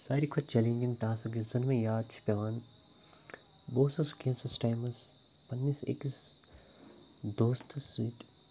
ساروے کھۄتہٕ challenging task یُس زَن مےٚ یاد چھِ پٮ۪وان بہٕ اوسُس کینٛژَس ٹایمَس پںٛنِس أکِس دوستَس سۭتۍ